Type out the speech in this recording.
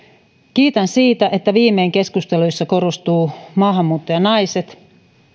kiitän siitä että viimein keskusteluissa korostuvat maahanmuuttajanaiset